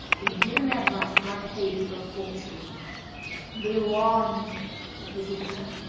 you have given me advice, but i paid for a fortune be warned said the gipsy.